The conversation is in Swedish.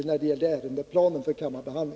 Och den planen fick vi ta del av för rätt länge sedan.